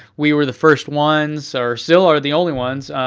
we were the first ones, or still are the only ones,